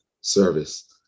service